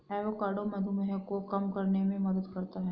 avocado मधुमेह को कम करने में मदद करता है